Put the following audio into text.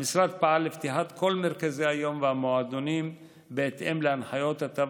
המשרד פעל לפתיחת כל מרכזי היום והמועדונים בהתאם להנחיות התו